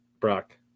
brock